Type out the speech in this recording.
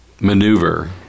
maneuver